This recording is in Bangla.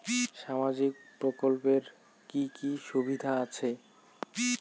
সামাজিক প্রকল্পের কি কি সুবিধা আছে?